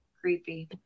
creepy